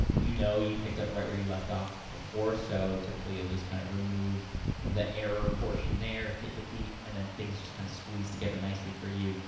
you know you picked up right where you left off before, so, typically, you'll just kind of remove the error portion there, hit delete, and then things just kind of squeeze together nicely for you.